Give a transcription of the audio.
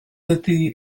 ydy